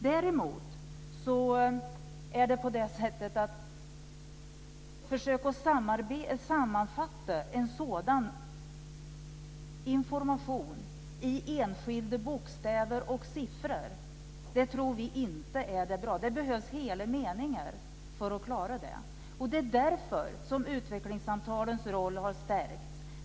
Däremot tror vi inte att det är bra att försöka sammanfatta en sådan information i enskilda bokstäver och siffror. Det behövs hela meningar för att klara det. Det är därför utvecklingssamtalens roll har stärkts.